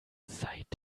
seit